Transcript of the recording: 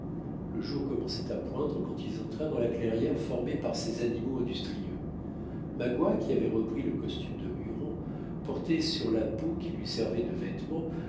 le jour commençait à poindre quand ils entrèrent dans la clairière formée par ces animaux industrieux magua qui avait repris le costume de huron portait sur la peau qui lui servait de vêtement